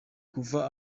kuva